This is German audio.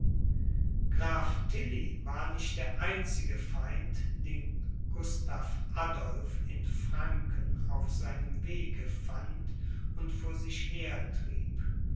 graf tilly war nicht der einzige feind den gustav adolph in franken auf seinem wege fand und vor sich her